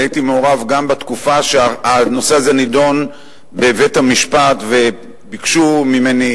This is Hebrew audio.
אני הייתי מעורב גם בתקופה שהנושא הזה נדון בבית-המשפט וביקשו ממני